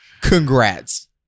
Congrats